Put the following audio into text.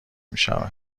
میشود